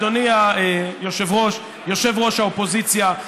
אדוני יושב-ראש האופוזיציה,